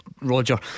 Roger